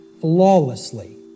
flawlessly